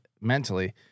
mentally